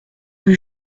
rue